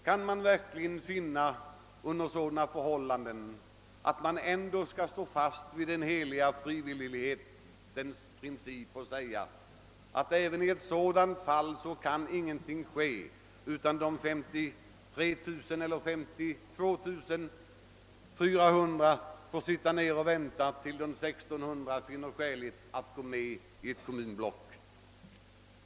Kan man under sådana förhållanden verkligen finna att man ändå skall stå fast vid den heliga frivillighetens princip och säga att även i ett sådant fall ingenting kan ske och att de 52 400 får sitta ned och vänta till dess och de 1600 finner skäl att gå med i ett kommunblock?